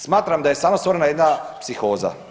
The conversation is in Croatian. Smatram da je samo stvorena jedna psihoza.